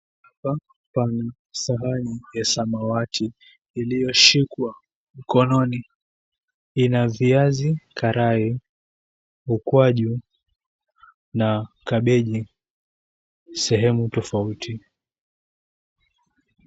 Hapa pana sahani hii samawati iliyoshikwa mkononi, ina viazi karai ukwaju na kabegi sehemu tofauti.